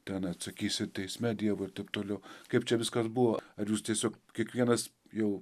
ten atsakysi teisme dievui ir taip toliau kaip čia viskas buvo ar jūs tiesiog kiekvienas jau